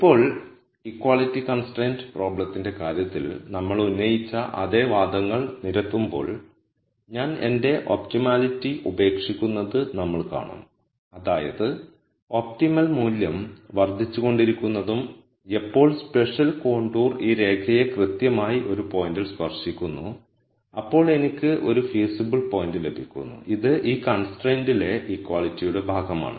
ഇപ്പോൾ equality constraint പ്രോബ്ളത്തിന്റെ കാര്യത്തിൽ നമ്മൾ ഉന്നയിച്ച അതേ വാദങ്ങൾ നിരത്തുമ്പോൾ ഞാൻ എന്റെ ഒപ്റ്റിമലിറ്റി ഉപേക്ഷിക്കുന്നത് നമ്മൾ കാണും അതായത് ഒപ്റ്റിമൽ മൂല്യം വർദ്ധിച്ചുകൊണ്ടിരിക്കുന്നതും എപ്പോൾ സ്പെഷ്യൽ കോണ്ടൂർ ഈ രേഖയെ കൃത്യമായി ഒരു പോയിന്റ്ൽ സ്പർശിക്കുന്നു അപ്പോൾ എനിക്ക് ഒരു ഫീസിബിൾ പോയിന്റ് ലഭിക്കുന്നു അത് ഈ കൺസ്ട്രയ്ന്റിലെ ഇക്വാലിറ്റിയുടെ ഭാഗമാണ്